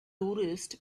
tourists